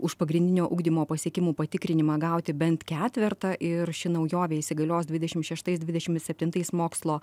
už pagrindinio ugdymo pasiekimų patikrinimą gauti bent ketvertą ir ši naujovė įsigalios dvidešim šeštas dvidešim septintais mokslo